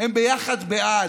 הם ביחד בעד.